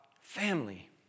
family